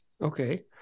Okay